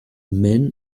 men